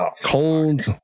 Cold